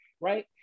right